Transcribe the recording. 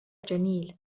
جميل